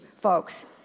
folks